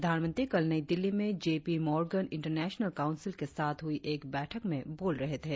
प्रधानमंत्री कल नई दिल्ली में J P Morgan international council के साथ हुई एक बैठक में बोल रहे थे